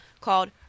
called